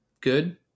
good